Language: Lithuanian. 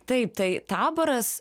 taip tai taboras